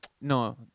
No